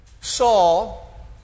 Saul